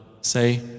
Say